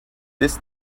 this